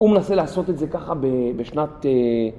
הוא מנסה לעשות את זה ככה בשנת...